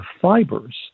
fibers